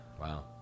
wow